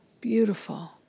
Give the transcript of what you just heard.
Beautiful